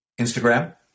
Instagram